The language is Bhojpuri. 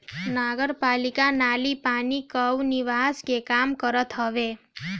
नगरपालिका नाली पानी कअ निकास के काम करत हवे